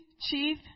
chief